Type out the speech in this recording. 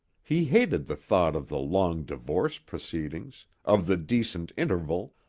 he hated the thought of the long divorce proceedings, of the decent interval,